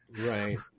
Right